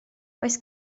oes